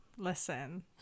listen